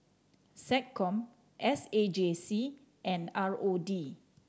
SecCom S A J C and R O D